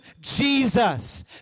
Jesus